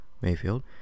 Mayfield